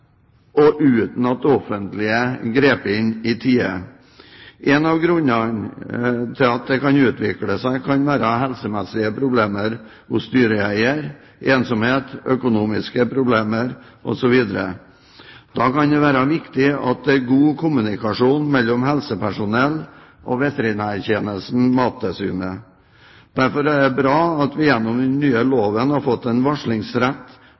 seg uten at det offentlige grep inn i tide. En av grunnene til at dette kan utvikle seg kan være helsemessige problemer hos dyreeieren, ensomhet, økonomiske problemer osv. Da kan det være viktig at det er god kommunikasjon mellom helsepersonell og veterinærtjenesten/Mattilsynet. Derfor er det bra at vi gjennom den nye loven har fått en varslingsrett